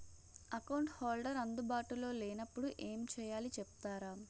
Account holder అందు బాటులో లే నప్పుడు ఎం చేయాలి చెప్తారా?